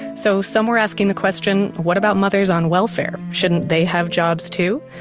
so some were asking the question, what about mothers on welfare? shouldn't they have jobs too?